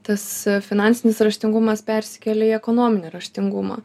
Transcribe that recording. tas finansinis raštingumas persikelia į ekonominį raštingumą